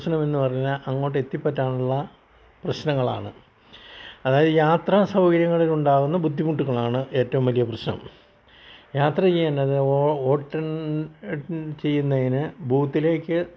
പ്രശ്നമെന്ന് പറഞ്ഞാൽ അങ്ങോട്ട് എത്തി പറ്റാനുള്ള പ്രശ്നങ്ങളാണ് അതായത് യാത്രാ സൗകര്യങ്ങളിലുണ്ടാകുന്ന ബുദ്ധിമുട്ടുകളാണ് ഏറ്റവും വലിയ പ്രശ്നം യാത്ര ചെയ്യുന്നത് വോട്ട് ചെയ്യുന്നതിന് ബൂത്തിലേക്ക്